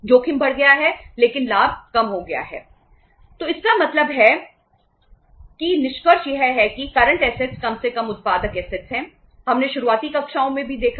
जोखिम बढ़ गया है लेकिन लाभ कम हो गया है